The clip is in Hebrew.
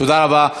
תודה רבה.